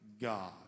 god